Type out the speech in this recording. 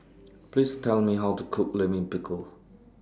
Please Tell Me How to Cook Lime Pickle